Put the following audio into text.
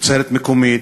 תוצרת מקומית